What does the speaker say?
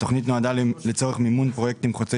התוכנית נועדה לצורך מימון פרויקטים חוצי